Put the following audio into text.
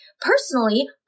Personally